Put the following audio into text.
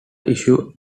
issue